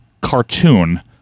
cartoon